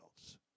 else